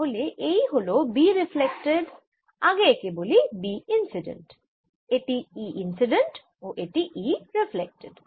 তাহলে এই হল B রিফ্লেক্টেড আগে একে বলি B ইন্সিডেন্ট এটি E ইন্সিডেন্ট ও এটি E রিফ্লেক্টেড